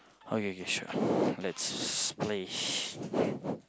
okay okay sure let's play